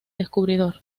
descubridor